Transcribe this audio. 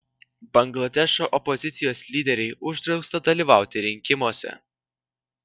bangladešo opozicijos lyderei uždrausta dalyvauti rinkimuose